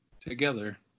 together